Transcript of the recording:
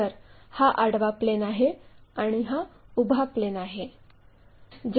तर हा आडवा प्लेन आहे आणि हा उभा प्लेन आहे